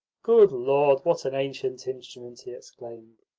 good lord, what an ancient instrument! he exclaimed.